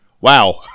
wow